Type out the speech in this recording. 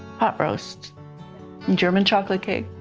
pot roast and german chocolate cake.